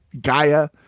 Gaia